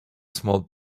small